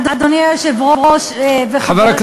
אדוני היושב-ראש וחברי,